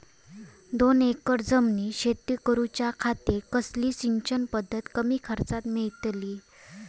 दोन एकर जमिनीत शेती करूच्या खातीर कसली सिंचन पध्दत कमी खर्चात मेलतली?